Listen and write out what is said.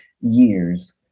years